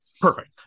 perfect